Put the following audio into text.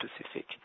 Pacific